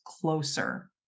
closer